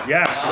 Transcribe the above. Yes